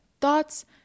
thoughts